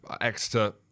Exeter